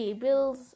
bills